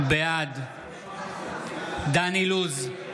בעד דן אילוז,